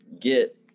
get